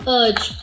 urge